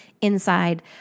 inside